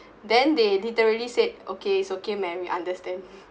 then they literally said okay it's okay man we understand